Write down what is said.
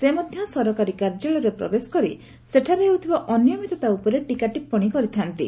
ସେ ମଧ୍ୟ ସରକାରୀ କାର୍ଯ୍ୟାଳୟରେ ପ୍ରବେଶ କରି ସେଠାରେ ହେଉଥିବା ଅନିୟମିତତା ଉପରେ ଟୀକାଟିପ୍ପଣୀ କରିଥାନ୍ତି